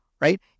right